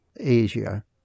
easier